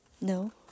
no